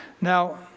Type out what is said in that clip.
Now